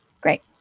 Great